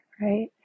right